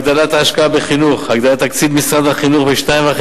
הגדלת ההשקעה בחינוך: הגדלת תקציב משרד החינוך ב-2.5